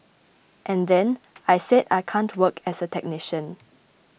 and then I said I can't work as a technician